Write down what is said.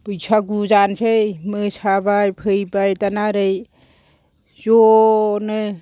बैसागु जानोसै मोसाबाय फैबाय दाना ओरै ज' नो